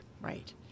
Right